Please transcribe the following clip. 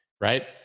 right